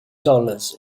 dollars